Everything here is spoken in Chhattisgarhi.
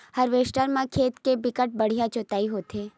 कल्टीवेटर म खेत के बिकट बड़िहा जोतई होथे